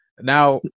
now